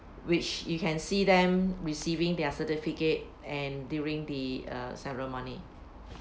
which you can see them receiving their certificate and during the uh ceremony